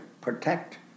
protect